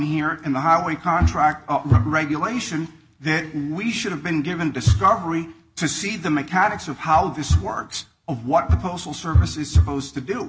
here in the how we contract regulation there we should have been given discovery to see the mechanics of how this works of what the postal service is supposed to do